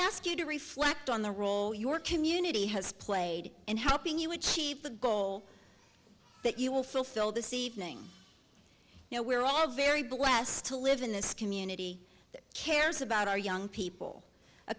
ask you to reflect on the role your community has played in helping you achieve the goal that you will fulfill this evening now we're all very blessed to live in this community that cares about our young people